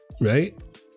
right